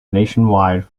nationwide